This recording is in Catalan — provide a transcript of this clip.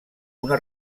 una